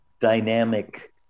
dynamic